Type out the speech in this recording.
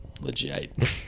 Legit